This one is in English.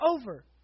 over